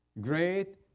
great